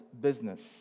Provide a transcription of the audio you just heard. business